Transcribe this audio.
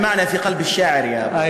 קארין אומרת שזה לא הגון שאין פה תרגום.